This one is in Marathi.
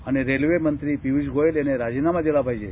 आणि रेल्वेमंत्री पियूष गोयल यांनी राजीनामा दिला पाहिजे